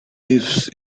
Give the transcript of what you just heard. lives